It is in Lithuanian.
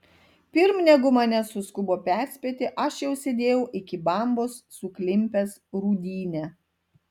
pirm negu mane suskubo perspėti aš jau sėdėjau iki bambos suklimpęs rūdyne